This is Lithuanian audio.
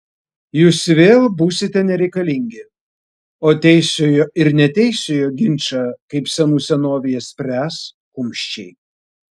jūs vėl būsite nereikalingi o teisiojo ir neteisiojo ginčą kaip senų senovėje spręs kumščiai